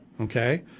okay